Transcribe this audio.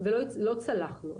ולא צלחנו.